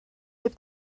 dip